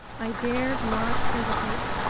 i dared not hesitate,